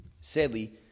sadly